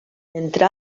entre